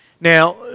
Now